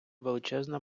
величезна